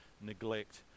neglect